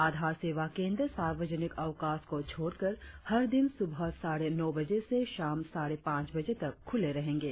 आधार सेवा केंद्र सार्वजनिक अवकाश को छोड़कर हर दिन सुबह साढ़े नौ बजे से शाम साढ़े पांच बजे तक खुले रहेंगे